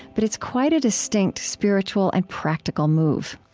but it's quite a distinct spiritual and practical move.